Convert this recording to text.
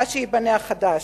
עד שייבנה החדש.